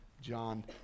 John